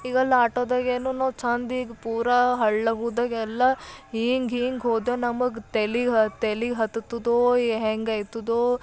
ಈಗ ಅಲ್ಲಿ ಆಟೋದಾಗೆ ಏನೋ ನಾವು ಚಂದ ಈಗ ಪೂರ ಹಳ್ಳ ಗುದ್ದಗೆಲ್ಲ ಹಿಂಗೆ ಹಿಂಗೆ ಹೋದ್ರೆ ನಮಗ್ ತಲಿಗ್ ಹ ತಲಿಗ್ ಹತ್ತುತ್ತದೋ ಹೆಂಗೆ ಆಯ್ತದೋ